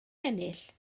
ennill